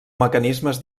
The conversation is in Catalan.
mecanismes